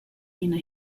ina